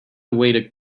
way